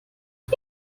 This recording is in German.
die